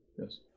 yes